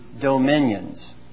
dominions